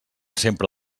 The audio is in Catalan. sempre